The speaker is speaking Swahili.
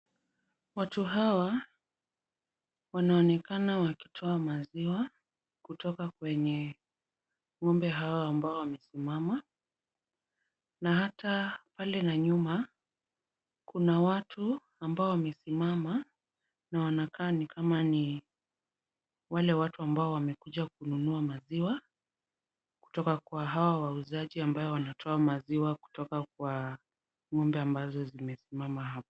Watu hawa wanaonekana wakitoa maziwa kutoka kwenye ng'ombe hawa ambao wamesimama na hata pale na nyuma, kuna watu ambao wamesimama na wanakaa ni kama ni wale watu ambao wamekuja kununua maziwa kutoka kwa hawa wauzaji ambao wanatoa maziwa kutoka kwa ng'ombe ambazo wamesimama hapo.